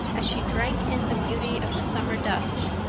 as she drank in the beauty of the summer dusk,